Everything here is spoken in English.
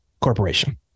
corporation